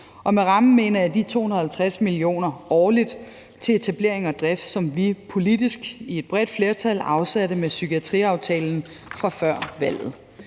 Og med rammen mener jeg de 250 mio. kr. årligt til etablering og drift, som vi politisk i et bredt flertal afsatte med psykiatriaftalen fra før valget.